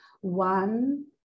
One